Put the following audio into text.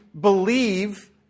believe